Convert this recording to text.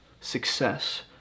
success